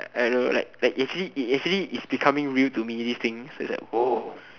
I don't know like like it actually it actually is becoming real to me these kind of thing like oh